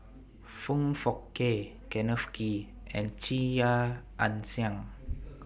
Foong Fook Kay Kenneth Kee and Chia Ann Siang